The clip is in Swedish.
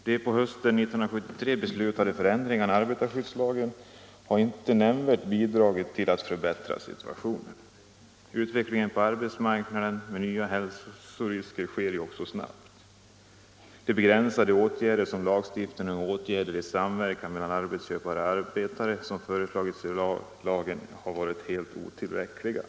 De på hösten 1973 beslutade förändringarna i arbetarskyddslagen har inte nämnvärt bidragit till att förbättra situationen. Utvecklingen på arbetsmarknaden med nya hälsorisker sker snabbt. De begränsade åtgärder i samverkan mellan arbetsköpare och arbetare som föreskrivs i lagen är helt otillräckliga.